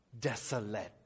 Desolate